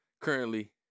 currently